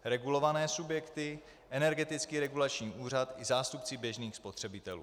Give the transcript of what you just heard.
Regulované subjekty, Energetický regulační úřad i zástupci běžných spotřebitelů.